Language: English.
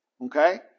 okay